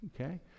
Okay